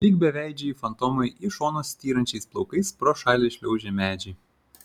lyg beveidžiai fantomai į šonus styrančiais plaukais pro šalį šliaužė medžiai